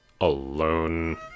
alone